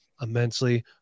immensely